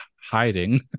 hiding